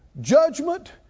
judgment